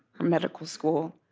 or medical school,